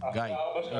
אחרי ארבע שנים.